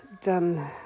done